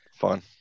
Fun